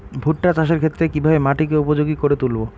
ভুট্টা চাষের ক্ষেত্রে কিভাবে মাটিকে উপযোগী করে তুলবো?